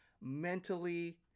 mentally